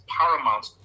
paramount